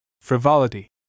Frivolity